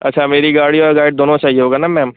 अच्छा मेरी गाड़ी और गाइड दोनों चाहिए होगा न मैम